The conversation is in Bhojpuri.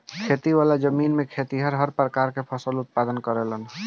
खेती वाला जमीन में खेतिहर हर प्रकार के फसल के उत्पादन करेलन